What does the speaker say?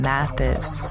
Mathis